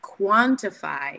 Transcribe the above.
quantify